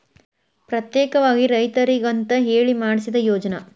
ಪ್ರತ್ಯೇಕವಾಗಿ ರೈತರಿಗಂತ ಹೇಳಿ ಮಾಡ್ಸಿದ ಯೋಜ್ನಾ